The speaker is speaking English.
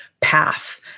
path